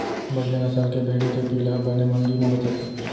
बड़िहा नसल के भेड़ी के पिला ह बने महंगी म बेचाथे